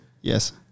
Yes